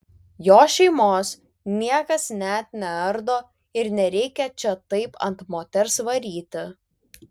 jo šeimos niekas net neardo ir nereikia čia taip ant moters varyti